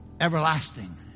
everlasting